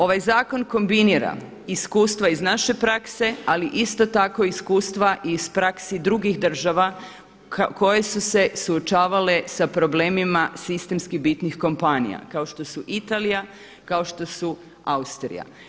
Ovaj zakon kombinira iskustva iz naše prakse, ali isto tako iskustva iz praksi drugih država koje su se suočavale sa problemima sistemskih bitnih kompanija, kao što su Italija, kao što su Austrija.